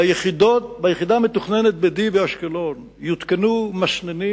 ביחידה המתוכננת ב-D באשקלון יותקנו מסננים